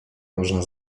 można